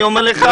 אני אומר לך,